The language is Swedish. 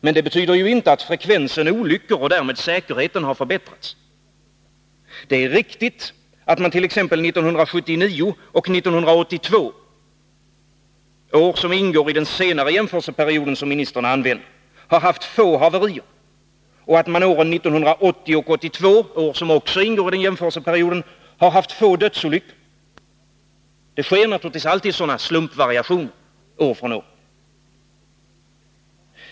Men det betyder ju inte att frekvensen olyckor, och därmed säkerheten, har förbättrats. Det är riktigt att man t.ex. 1979 och 1982, år som ingår i den senaste jämförelseperiod som ministern redovisar, haft få haverier och att man 1980 och 1982, år som också ingår i den jämförelseperioden, haft få dödsolyckor. Det sker naturligtvis alltid sådana slumpvarationer år från år.